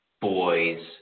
boys